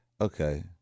Okay